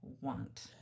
want